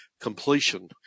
completion